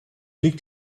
liegt